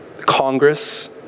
Congress